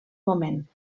moment